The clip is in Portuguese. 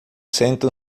sentam